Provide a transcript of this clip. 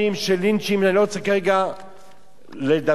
אני לא רוצה כרגע לדבר ולומר.